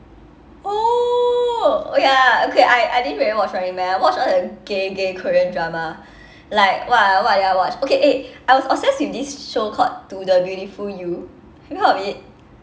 oh oh ya okay I I didn't really watch running man I watch all the gay gay korean drama like what ah what did I watch okay eh I was obsessed with this show called to the beautiful you have you heard of it